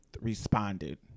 responded